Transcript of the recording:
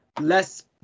less